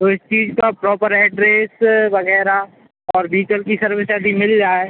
तो इस चीज का प्रॉपर एड्रेस वगैरह और डीजल की सर्विस यदि मिल जाए